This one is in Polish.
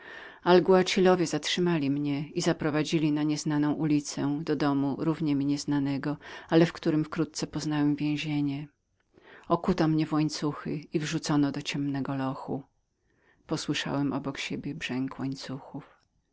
beliala zbiry zatrzymały mnie i zaprowadziły na nieznajomą ulicę do domu równie mi nieznanego ale w którym wkrótce poznałem więzienie okuto mnie w łańcuchy i wrzucono do ciemnego lochu posłyszałem obok siebie